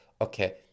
okay